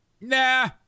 nah